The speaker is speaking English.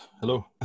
Hello